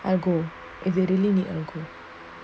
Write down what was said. argo if they really need